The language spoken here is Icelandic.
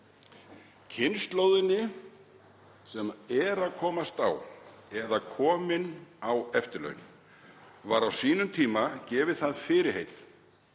Kynslóðinni sem er að komast á eða er komin á eftirlaun var á sínum tíma gefið það fyrirheit